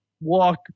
walk